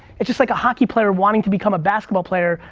it's just like a hockey player wanting to become a basketball player,